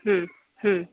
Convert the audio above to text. ಹ್ಞೂ ಹ್ಞೂ